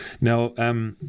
Now